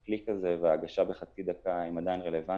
הקליק הזה וההגשה בחצי דקה עדיין רלוונטיים,